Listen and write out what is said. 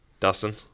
Dustin